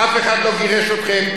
אף אחד לא גירש אתכם,